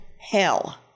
hell